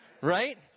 right